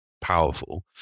powerful